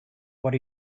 what